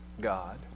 God